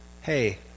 hey